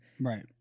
Right